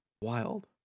wild